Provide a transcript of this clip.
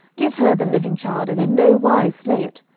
give her the living child, and in no wise slay it.